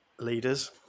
leaders